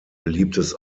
beliebtes